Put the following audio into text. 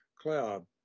cloud